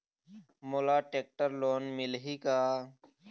मोला tractor loan मिलही का?